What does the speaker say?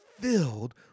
filled